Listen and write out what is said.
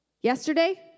Yesterday